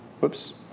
Whoops